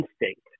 instinct